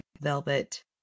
velvet